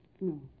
No